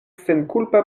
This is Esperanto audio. senkulpa